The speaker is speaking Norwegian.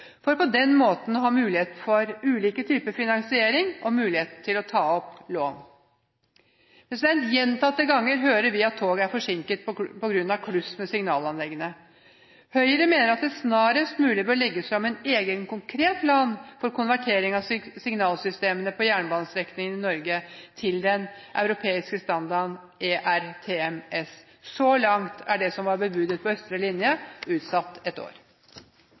for på den måten å ha mulighet for ulike typer finansiering og mulighet til å ta opp lån. Gjentatte ganger hører vi at tog er forsinket på grunn av kluss med signalanleggene. Høyre mener at det snarest mulig bør legges fram en egen konkret plan for konvertering av signalsystemene på jernbanestrekningene i Norge til den europeiske standarden, ERTMS. Så langt er det som er bebudet på østre linje, utsatt et år.